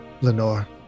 Lenore